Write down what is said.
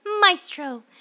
Maestro